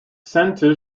center